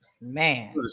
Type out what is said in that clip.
man